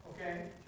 okay